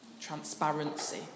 Transparency